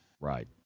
Right